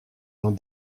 dans